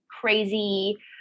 crazy